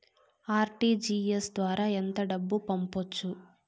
RTGS ద్వారా ఎంత డబ్బు పంపొచ్చు?